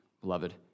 beloved